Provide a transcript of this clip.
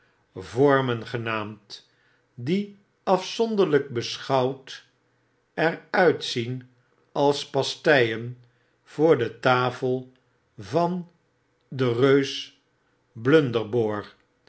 genaamd die afzonderlp beschouwd er uit zien als pasteien voor de tafel van den eeus blunderbore